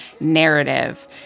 narrative